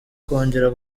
kongera